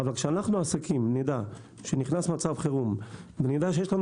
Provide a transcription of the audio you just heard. אבל כשאנו העסקים נדע שנכנס מצב חירום ונדע שיש לנו